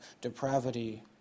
depravity